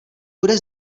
bude